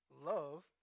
Love